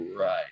Right